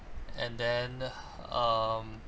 and then um